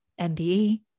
MBE